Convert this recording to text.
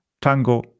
Tango